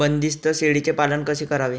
बंदिस्त शेळीचे पालन कसे करावे?